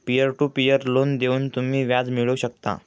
peer to peer loan देऊन तुम्ही व्याज मिळवू शकता